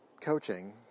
coaching